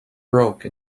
broke